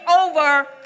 over